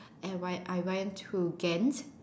and why I went to Ghent